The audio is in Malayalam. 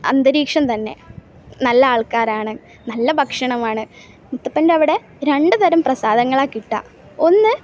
അന്തരീക്ഷം തന്നെ നല്ല ആൾക്കാരാണ് നല്ല ഭക്ഷണമാണ് മുത്തപ്പൻ്റെ അവിടെ രണ്ട് തരം പ്രസാധങ്ങളാണ് കിട്ടുക ഒന്ന്